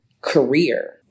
career